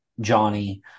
Johnny